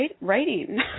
writing